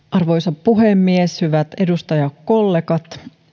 arvoisa puhemies hyvät edustajakollegat